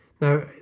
Now